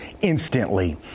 instantly